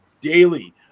daily